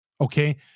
Okay